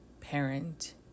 parent